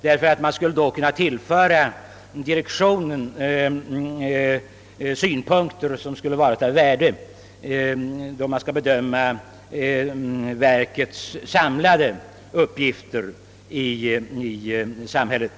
De skulle kunna tillföra vederbörande direktion synpunkter av värde för att bedöma verkets samlade insatser i samhället.